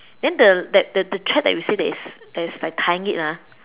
then the that the the thread that we say that is that is like tying ah